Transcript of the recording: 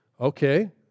Okay